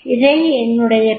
இதை என்னுடைய பி